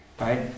Right